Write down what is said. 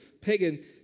pagan